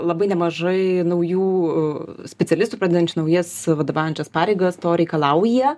labai nemažai naujų specialistų pradedančių naujas vadovaujančias pareigas to reikalauja